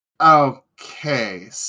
Okay